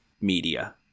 media